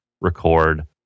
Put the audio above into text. record